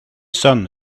sun